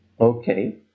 Okay